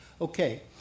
okay